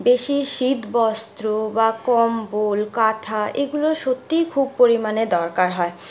বেশি শীত বস্ত্র বা কম্বল কাঁথা এগুলোর সত্যিই খুব পরিমাণে দরকার হয়